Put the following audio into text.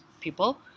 people